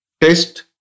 test